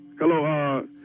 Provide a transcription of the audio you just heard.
hello